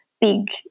big